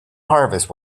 harvest